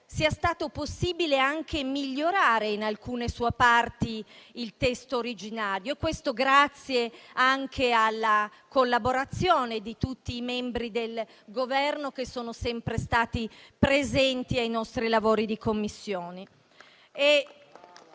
è stato possibile migliorare in alcune sue parti il testo originario, grazie anche alla collaborazione di tutti i membri del Governo, che sono sempre stati presenti ai nostri lavori di Commissione.